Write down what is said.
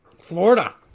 Florida